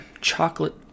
chocolate